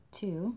two